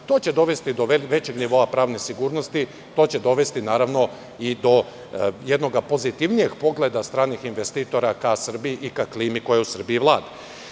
će dovesti do većeg nivoa pravne sigurnosti I to će dovesti naravno i do jednog pozitivnijeg pogleda stranih investitora ka Srbiji i ka klimi koja u Srbiji vlada.